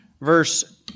verse